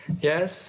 Yes